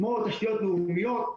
כמו תשתיות לאומיות.